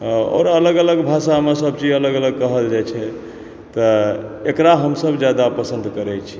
आओर अलग अलग भाषामे सब चीज अलग अलग कहल जाइ छै तऽ एकरा हमसभ जादा पसन्द करै छी